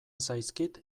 zaizkit